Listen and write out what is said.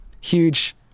huge